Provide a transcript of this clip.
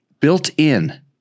Built-in